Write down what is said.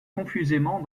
confusément